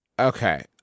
Okay